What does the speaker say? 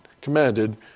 commanded